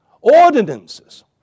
Ordinances